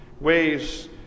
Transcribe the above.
ways